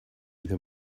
there